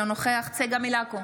אינו נוכח צגה מלקו,